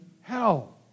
hell